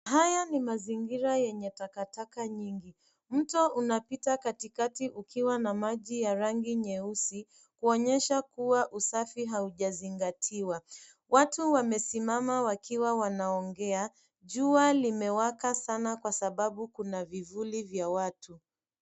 Haya ni mazingira yenye takataka nyingi. Mto unapita katikati ukiwa na maji ya rangi nyeusi kuonyesha kuwa usafi haujazingatiwa. Watu wamesimama wakiwa wanaongea. Jua limewaka sana kwa sababu kuna vivuli vya watu.